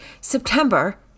September